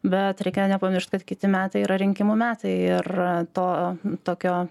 bet reikia nepamiršt kad kiti metai yra rinkimų metai ir to tokio